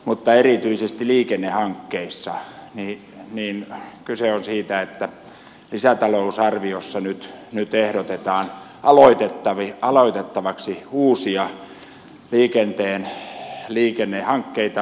mutta erityisesti liikennehankkeissa kyse on siitä että lisätalousarviossa nyt ehdotetaan aloitettavaksi uusia liikennehankkeita